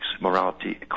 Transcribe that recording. morality